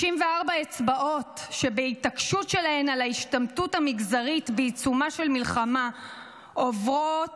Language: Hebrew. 64 אצבעות שבהתעקשות שלהן על ההשתמטות המגזרית בעיצומה של מלחמה עוברות